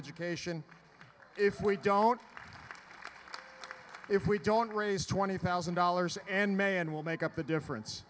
education if we don't if we don't raise twenty thousand dollars and may and will make up the difference